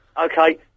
Okay